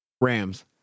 Rams